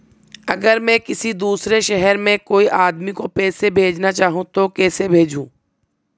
अगर मैं किसी दूसरे शहर में कोई आदमी को पैसे भेजना चाहूँ तो कैसे भेजूँ?